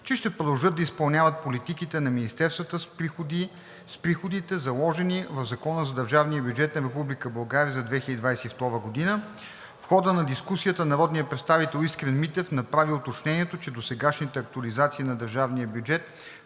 че ще продължат да изпълняват политиките на министерствата с приходите, заложени в Закона за държавния бюджет на Република България за 2022 г. В хода на дискусията народният представител Искрен Митев направи уточнението, че досегашните актуализации на държавния бюджет,